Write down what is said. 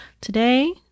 today